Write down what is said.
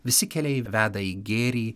visi keliai veda į gėrį